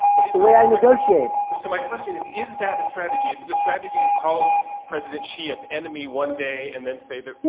it's the way i negotiate so my question is is that a strategy? is it a strategy to call president xi an enemy one day and then say that.